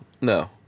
No